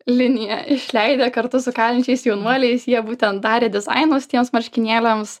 liniją išleidę kartu su kalinčiais jaunuoliais jie būtent darė dizainus tiems marškinėliams